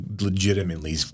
legitimately